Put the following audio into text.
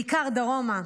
בעיקר דרומה,